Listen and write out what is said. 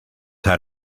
had